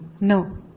No